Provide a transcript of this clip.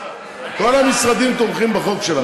כל המשרדים תומכים בחוק שלך.